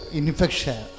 infection